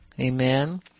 Amen